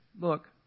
Look